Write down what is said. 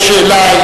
ויש שאלה,